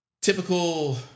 typical